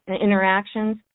interactions